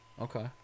Okay